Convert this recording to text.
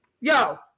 Yo